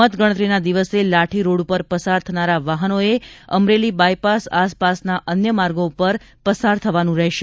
મત ગણતરીના દિવસે લાઠી રોડ પર પસાર થનારા વાહનોએ અમરેલી બાયપાસ આસપાસના અન્ય માર્ગો પર પસાર થવાનું રહેશે